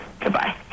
Goodbye